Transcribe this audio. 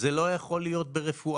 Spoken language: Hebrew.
זה לא יכול להיות ברפואה.